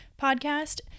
podcast